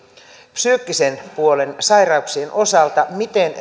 psyykkisen puolen sairauksien osalta siitä miten